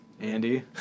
Andy